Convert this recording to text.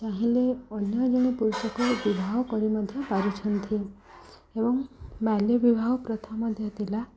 ଚାହିଁଲେ ଅନ୍ୟ ଜଣେ ପୁରୁଷକୁ ବିବାହ କରି ମଧ୍ୟ ପାରୁଛନ୍ତି ଏବଂ ବାଲ୍ୟ ବିବାହ ପ୍ରଥା ମଧ୍ୟ ଥିଲା